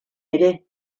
ere